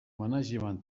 management